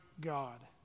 God